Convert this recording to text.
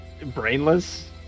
brainless